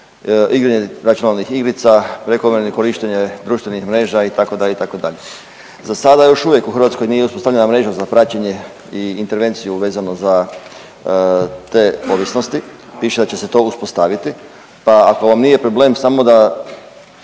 igranje računalnih igrica, prekomjerno korištenje društvenih mreža itd. itd. Za sada još uvijek u Hrvatskoj nije uspostavljena mreža za praćenje i intervenciju vezanu za te ovisnosti. Piše da će se to uspostaviti, pa ako vam nije problem samo da